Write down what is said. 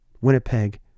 Winnipeg